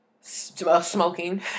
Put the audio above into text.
smoking